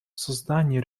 создание